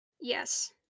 Yes